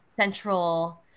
central